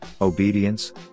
obedience